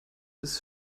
des